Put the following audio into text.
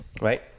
right